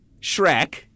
Shrek